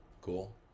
Cool